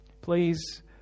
Please